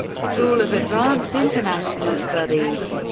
school of advanced international studies,